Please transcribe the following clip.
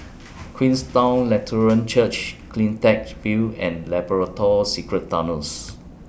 Queenstown Lutheran Church CleanTech View and Labrador Secret Tunnels